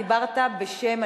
דיברת בשם,